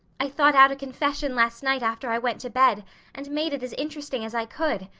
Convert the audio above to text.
i thought out a confession last night after i went to bed and made it as interesting as i could.